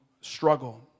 struggle